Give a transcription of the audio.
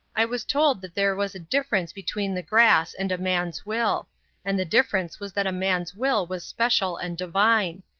i was told that there was a difference between the grass and a man's will and the difference was that a man's will was special and divine.